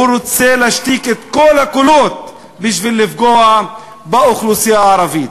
הוא רוצה להשתיק את כל הקולות בשביל לפגוע באוכלוסייה הערבית.